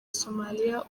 somalia